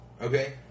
Okay